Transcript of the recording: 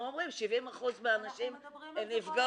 אומרים ש-70% מהנשים הן נפגעות --- אנחנו מדברים על זה כל הזמן.